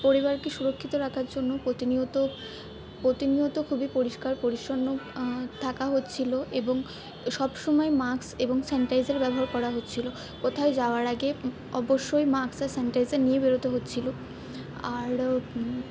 পরিবারকে সুরক্ষিত রাখার জন্য প্রতিনিয়ত প্রতিনিয়ত খুবই পরিষ্কার পরিচ্ছন্ন থাকা হচ্ছিল এবং সবসময় মাস্ক এবং স্যানিটাইজার ব্যবহার করা হচ্ছিল কোথাও যাওয়ার আগে অবশ্যই মাস্ক আর স্যানিটাইজার নিয়ে বেরোতে হচ্ছিল আরও